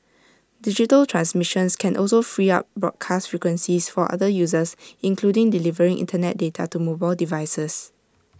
digital transmissions can also free up broadcast frequencies for other uses including delivering Internet data to mobile devices